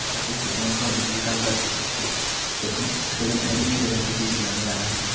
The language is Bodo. सासे सुबुङा गावनि मोजां गाज्रि आखु बेखौ सोलोंथाइनि गेजेरजोंबो बिजिरनानै लानो हायो